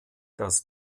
das